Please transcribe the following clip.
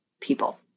people